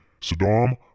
Saddam